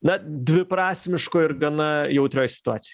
na dviprasmiškoj ir gana jautrioj situacijoj